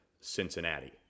Cincinnati